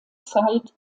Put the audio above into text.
zeit